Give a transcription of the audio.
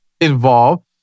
involved